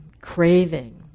craving